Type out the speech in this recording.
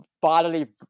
bodily